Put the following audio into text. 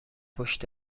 پشت